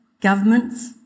governments